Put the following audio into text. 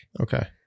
Okay